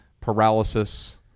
paralysis